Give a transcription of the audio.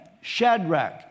Shadrach